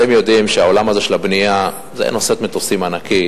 אתם יודעים שהעולם הזה של הבנייה זה נושאת מטוסים ענקית,